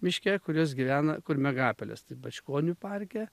miške kur jos gyvena kur miegapelės tai bačkonių parke